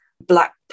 Black